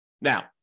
Now